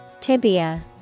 Tibia